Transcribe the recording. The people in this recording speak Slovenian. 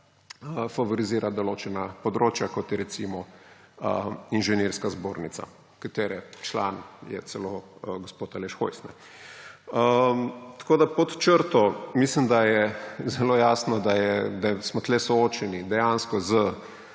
favorizira določena področja, kot je, recimo, Inženirska zbornica, katere član je celo gospod Aleš Hojs. Tako pod črto, mislim, da je zelo jasno, da smo tukaj soočeno dejansko z